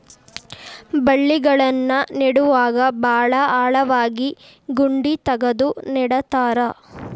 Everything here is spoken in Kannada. ಬಳ್ಳಿಗಳನ್ನ ನೇಡುವಾಗ ಭಾಳ ಆಳವಾಗಿ ಗುಂಡಿ ತಗದು ನೆಡತಾರ